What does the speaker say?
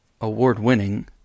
award-winning